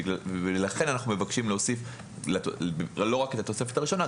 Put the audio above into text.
ולכן אנחנו מבקשים להוסיף לא רק את התוספת הראשונה,